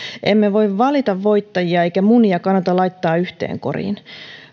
emme voi valita voittajia eikä munia kannata laittaa yhteen koriin